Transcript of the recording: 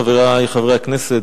חברי חברי הכנסת,